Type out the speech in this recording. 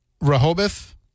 Rehoboth